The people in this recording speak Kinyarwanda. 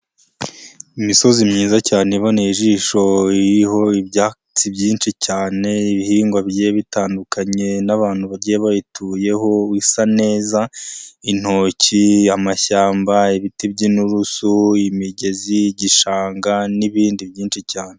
Imisozi myiza cyane iboneye ijishoho, iriho ibyatsi byinshi cyane, ibihingwa bigiye bitandukanye, n'abantu bagiye bayituyeho, bisa neza, intoki, amashyamba, ibiti by'inurusu, imigezi, igishanga n'ibindi byinshi cyane.